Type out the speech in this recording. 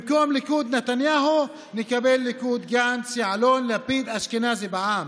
במקום ליכוד-נתניהו נקבל ליכוד-גנץ-יעלון-לפיד-אשכנזי בע"מ.